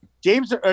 James